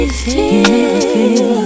feel